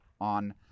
on